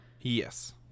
Yes